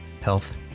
health